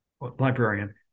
librarian